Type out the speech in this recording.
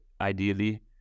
ideally